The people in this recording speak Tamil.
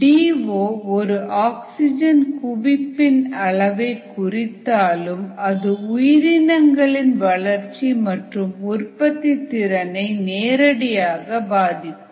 டி ஓ ஒரு ஆக்சிஜன் குவிப்பின் அளவை குறித்தாலும் அது உயிரினங்களின் வளர்ச்சி மற்றும் உற்பத்தித்திறனை நேரடியாக பாதிக்கும்